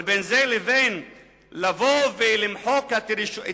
אבל בין זה לבין למחוק את הרישומים,